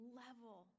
level